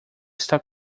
está